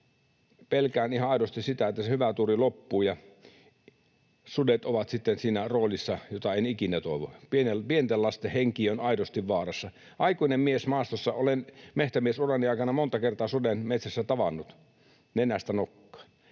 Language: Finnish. Pelkään ihan aidosti, että hyvä tuuri loppuu ja sudet ovat sitten siinä roolissa, jota en ikinä toivo. Pienten lasten henki on aidosti vaarassa. Aikuisena miehenä maastossa olen mehtämiesurani aikana monta kertaa suden metsässä tavannut nenästä nokkaan.